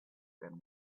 than